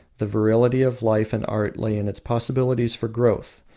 the virility of life and art lay in its possibilities for growth.